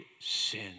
sin